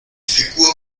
figur